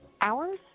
hours